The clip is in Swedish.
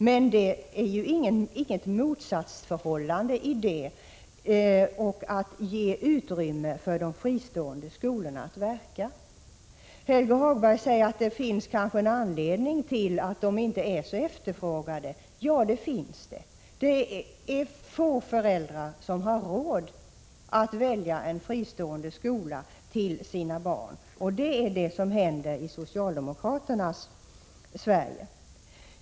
Men det är inget motsatsförhållande mellan att göra det och att ge utrymme för de fristående skolorna att verka. Helge Hagberg säger att det kanske finns en anledning till att de fristående skolorna inte är så efterfrågade. Ja, det finns det. Få föräldrar har råd att välja en fristående skola till sina barn, och det är det som händer i socialdemokraternas Sverige.